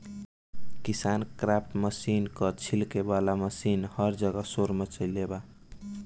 KisanKraft machine क छिड़के वाला मशीन हर जगह शोर मचवले बा